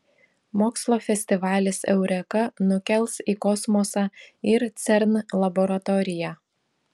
mokslo festivalis eureka nukels į kosmosą ir cern laboratoriją